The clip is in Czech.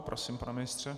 Prosím, pane ministře.